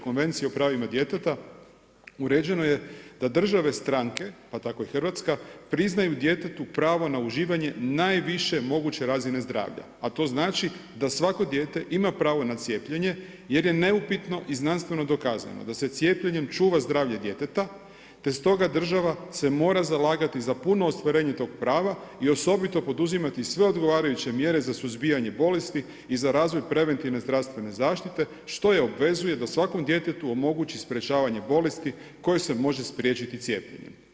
Konvencije o pravima djeteta uređeno da: „Države stranke, pa tako i Hrvatska priznaju djetetu pravo na uživanje najviše moguće razine zdravlja, a to znači da svako dijete ima pravo na cijepljenje jer je neupitno i znanstveno dokazano da se cijepljenjem čuva zdravlje djeteta te stoga država se mora zalagati za puno ostvarenje toga prava i osobito poduzimati sve odgovarajuće mjere za suzbijanje bolesti i za razvoj preventivne zdravstvene zaštite što je obvezuje da svakom djetetu omogući sprečavanje bolesti koje se može spriječiti cijepljenjem.